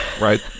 Right